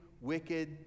wicked